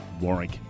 Warwick